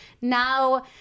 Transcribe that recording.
now